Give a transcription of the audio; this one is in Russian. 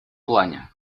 плане